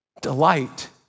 delight